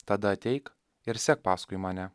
tada ateik ir sek paskui mane